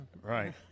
Right